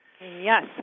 Yes